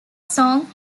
song